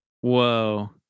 Whoa